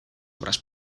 obras